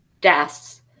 deaths